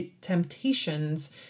temptations